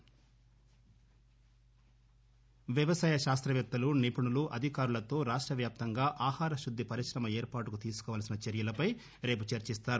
ఇందులో వ్యవసాయ శాస్తపేత్తలు నిపుణులు అధికారులతో రాష్టవ్యాప్తంగా ఆహార శుద్ది పరిశ్రమ ఏర్పాటుకు తీసుకోవాల్సిన చర్యలపై చర్చిస్తారు